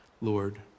Lord